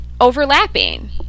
overlapping